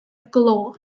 glo